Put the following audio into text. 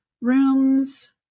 rooms